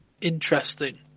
interesting